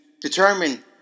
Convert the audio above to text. determine